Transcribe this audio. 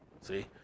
See